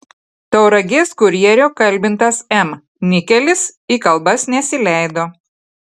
tauragės kurjerio kalbintas m nikelis į kalbas nesileido